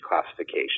classification